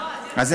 אז,